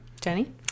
jenny